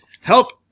help